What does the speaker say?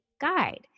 guide